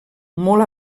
molt